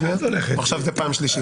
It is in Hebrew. עכשיו זאת פעם שלישית.